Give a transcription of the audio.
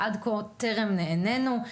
עד כה טרם נענינו.